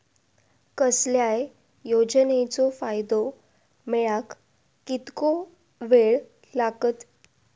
कसल्याय योजनेचो फायदो मेळाक कितको वेळ लागत?